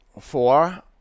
Four